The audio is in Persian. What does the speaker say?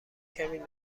کمی